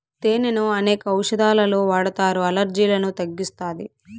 తేనెను అనేక ఔషదాలలో వాడతారు, అలర్జీలను తగ్గిస్తాది